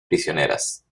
prisioneras